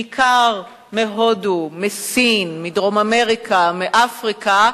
בעיקר מהודו, מסין, מדרום-אמריקה, מאפריקה,